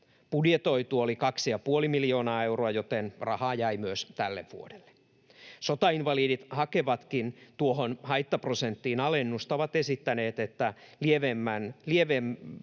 Budjetoitu oli 2,5 miljoonaa euroa, joten rahaa jäi myös tälle vuodelle. Sotainvalidit hakevatkin tuohon haittaprosenttiin alennusta, ja he ovat esittäneet, että